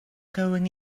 going